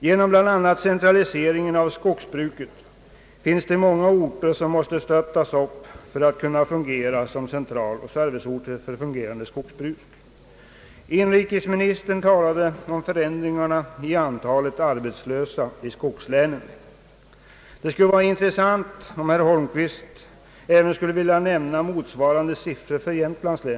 Genom bl.a. centraliseringen av skogsbruket finns det många orter som måste stöttas upp för att kunna fungera som centraloch serviceorter för ett effektivt skogsbruk. Inrikesministern talade om förändringarna i antalet arbetslösa i skogslänen. Det skulle vara intressant om herr Holmqvist även ville nämna motsvarande siffror för Jämtlands län.